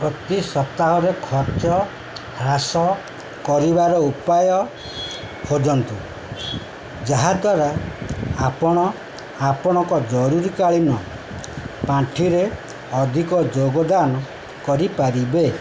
ପ୍ରତି ସପ୍ତାହରେ ଖର୍ଚ୍ଚ ହ୍ରାସ କରିବାର ଉପାୟ ଖୋଜନ୍ତୁ ଯାହା ଦ୍ୱାରା ଆପଣ ଆପଣଙ୍କ ଜରୁରୀକାଳୀନ ପାଣ୍ଠିରେ ଅଧିକ ଯୋଗଦାନ କରିପାରିବେ